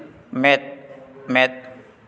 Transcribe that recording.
ᱢᱮᱫ ᱢᱮᱫ